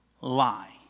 lie